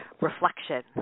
reflection